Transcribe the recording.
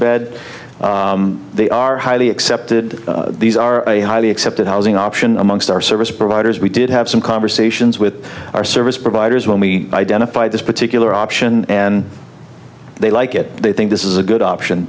bed they are highly accepted these are highly accepted housing option amongst our service providers we did have some conversations with our service providers when we identified this particular option and they like it they think this is a good option